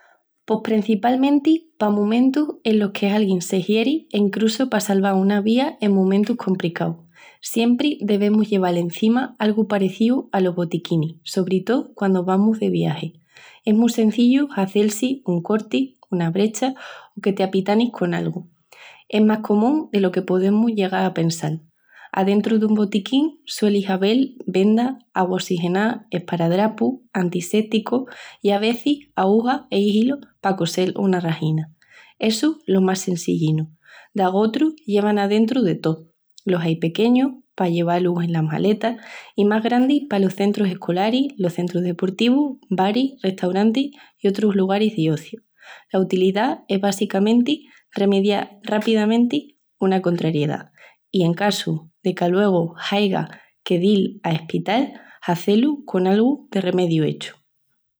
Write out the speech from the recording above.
Pos prencipalmenti pa momentus enos que alguien se hieri e incrusu pa salval una vía en momentus compricaus. Siempri debemus lleval encima algu parecíu alos botiquinis, sobri tó, quandu vamus de viagi. Es mu sencillinu hazel-si un corti, una brecha o que t'apitanis con algu. Es más comun delo que podemus llegal a pensal. Adentru dun botiquín sueli avel vendas, agua ossigená, esparadrapus, antiséticus i a vezis aúja e hilu pa cosel una rajina. Essus los más sencillinus, qu'algotrus llevan adentru de tó. Los ai pequeñus pa llevá-lus enas maletas i más grandis palos centrus escolaris, los centrus deportivus, baris, restaurantis i otrus lugaris d´ociu. La utilidá es basicamenti remedial rapidamenti una contrariedá i, en cassu de qu'aluegu aiga que dil al espital, hazé-lu con algu de remediu hechu.